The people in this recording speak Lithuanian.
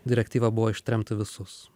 direktyva buvo ištremti visus